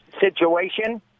situation